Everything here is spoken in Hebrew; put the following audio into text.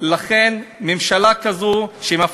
האם המשטרה לא רוצה או שהיא לא